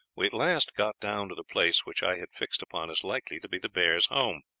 we at last got down to the place which i had fixed upon as likely to be the bears' home.